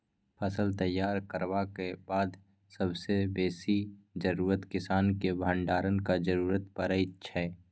फसल तैयार करबाक बाद सबसँ बेसी जरुरत किसानकेँ भंडारणक जरुरत परै छै